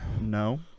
No